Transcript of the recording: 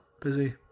Busy